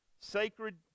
sacred